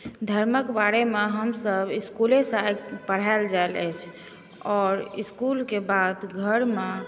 धर्मक बारेमे हमसब इस्कूलेसँ पढ़ायल जाइत अछि आओर इस्कूलके बाद घरमे